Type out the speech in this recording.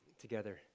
together